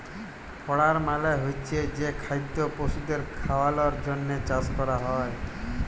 fodder মালে হচ্ছে যে খাদ্য পশুদের খাওয়ালর জন্হে চাষ ক্যরা হ্যয়